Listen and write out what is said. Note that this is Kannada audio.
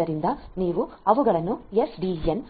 ಆದ್ದರಿಂದ ನೀವು ಅವುಗಳನ್ನು ಎಸ್ಡಿಎನ್